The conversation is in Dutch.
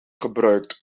gebruikt